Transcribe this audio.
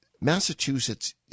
Massachusetts